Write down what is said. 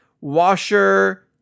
washer